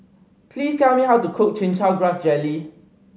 please tell me how to cook Chin Chow Grass Jelly